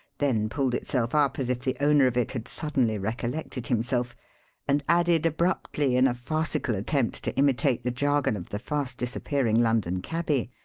then pulled itself up as if the owner of it had suddenly recollected himself and added abruptly in a farcical attempt to imitate the jargon of the fast-disappearing london cabby.